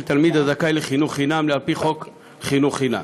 תלמיד הזכאי לחינוך חינם על-פי חוק חינוך חינם.